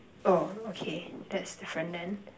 oh okay that's different then